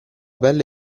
pelle